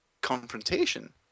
confrontation